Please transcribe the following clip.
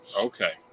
Okay